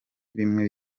bimwe